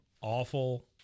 awful